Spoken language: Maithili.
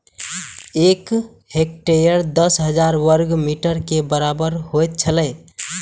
एक हेक्टेयर दस हजार वर्ग मीटर के बराबर होयत छला